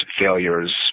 failures